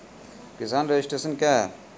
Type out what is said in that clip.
किसान रजिस्ट्रेशन क्या हैं?